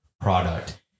product